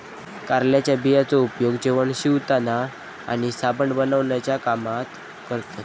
कारळ्याच्या बियांचो उपयोग जेवण शिवताना आणि साबण बनवण्याच्या कामात करतत